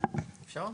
אפשר?